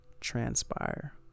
transpire